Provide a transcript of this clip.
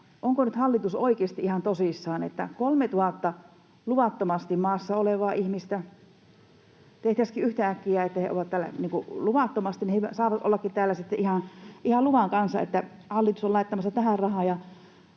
onko nyt hallitus oikeasti ihan tosissaan, että 3 000:lle luvattomasti maassa olevalle ihmiselle tehtäisiinkin yhtäkkiä niin, että he saavatkin olla täällä sitten ihan luvan kanssa, että hallitus on laittamassa tähän rahaa?